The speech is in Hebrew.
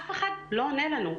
היום אף אחד לא עונה לנו.